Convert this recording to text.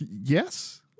Yes